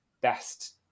best